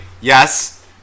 Yes